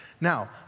Now